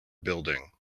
building